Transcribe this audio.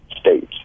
states